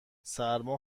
سرما